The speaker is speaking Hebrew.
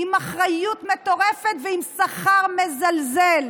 עם אחריות מטורפת ועם שכר מזלזל,